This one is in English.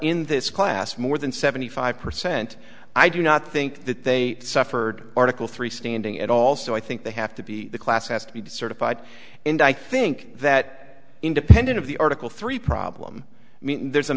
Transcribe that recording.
in this class more than seventy five percent i do not think that they suffered article three standing at all so i think they have to be the class has to be certified and i think that independent of the article three problem i mean there's a